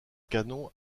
canon